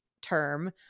term